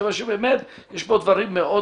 כיוון שבאמת יש כאן דברים מאוד